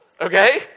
okay